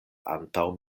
antaŭ